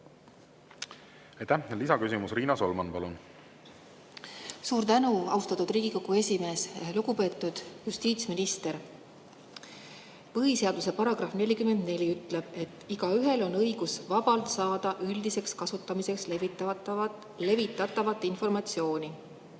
Ja lisaküsimus, Riina Solman, palun! Suur tänu, austatud Riigikogu esimees! Lugupeetud justiitsminister! Põhiseaduse § 44 ütleb, et igaühel on õigus vabalt saada üldiseks kasutamiseks levitatavat informatsiooni.